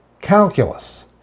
calculus